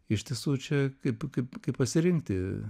iš tiesų čia kaip kaip kaip pasirinkti